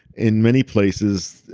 in many places,